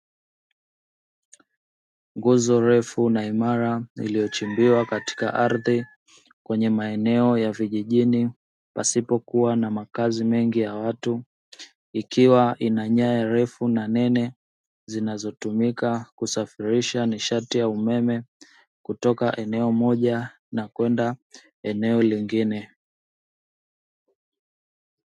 Nguzo refu na imara iliyochimbiwa katika ardhi kwenye maeneo ya vijijini pasipo kuwa na makazi mengi ya watu, ikiwa na nyaya refu nene zinazotumika kusafirisha nishati ya umeme kutoka eneo moja na kwenda eneo lingine.